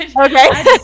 Okay